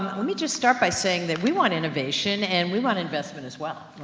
um, let me just start by saying that we want innovation, and we want investment as well.